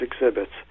exhibits